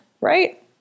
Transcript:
right